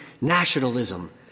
nationalism